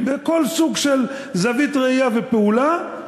בכל סוג של זווית ראייה ופעולה,